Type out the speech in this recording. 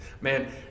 Man